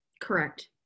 Correct